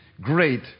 great